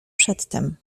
przedtem